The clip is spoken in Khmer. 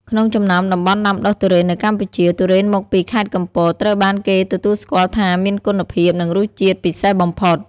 ក្នុងចំណោមតំបន់ដាំដុះទុរេននៅកម្ពុជា ទុរេនមកពី ខេត្តកំពត ត្រូវបានគេទទួលស្គាល់ថាមានគុណភាពនិងរសជាតិពិសេសបំផុត។